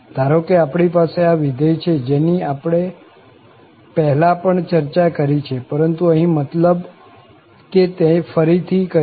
ધારો કે આપણી પાસે આ વિધેય છે જેની આપણે પહેલા પણ ચર્ચા કરી છે પરંતુ અહીં મતલબ કે તે ફરી થી કરીશું